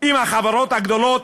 עם החברות הגדולות,